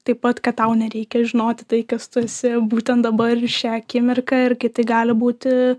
taip pat kad tau nereikia žinoti tai kas tu esi būtent dabar šią akimirką ir kiti gali būti